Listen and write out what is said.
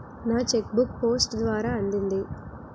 నా cheque book post ద్వారా అందింది